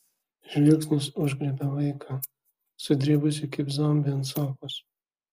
žvilgsnis užgriebė vaiką sudribusį kaip zombį ant sofos